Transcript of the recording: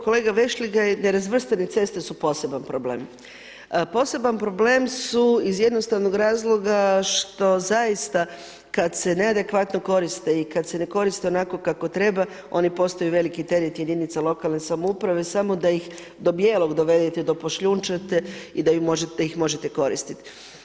Kolega Vešligaj, nerazvrstane ceste su poseban problem. poseban problem su iz jednostavnog razloga što zaista kada se neadekvatno koriste i kada se ne koriste onako kako treba oni postaju veliki teret jedinica lokalne samouprave samo da ih do bijelog dovedete da pošljunčate i da ih možete koristiti.